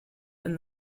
then